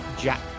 Jack